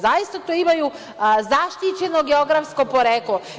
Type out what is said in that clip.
Zaista to imaju zaštićeno geografsko poreklo.